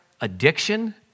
addiction